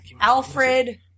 Alfred